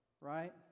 Right